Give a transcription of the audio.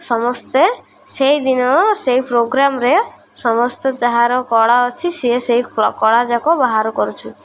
ସମସ୍ତେ ସେଇଦିନ ସେଇ ପ୍ରୋଗ୍ରାମରେ ସମସ୍ତେ ଯାହାର କଳା ଅଛି ସିଏ ସେଇ କଳା ଯାକ ବାହାର କରୁଛି